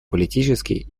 политический